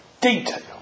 detail